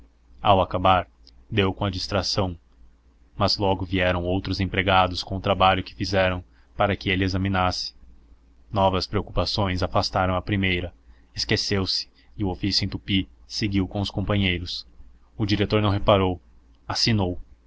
ao acabar deu com a distração mas logo vieram outros empregados com o trabalho que fizeram para que ele examinasse novas preocupações afastaram a primeira esqueceu-se e o ofício em tupi seguiu com os companheiros o diretor não reparou assinou